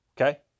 okay